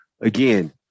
again